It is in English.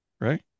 right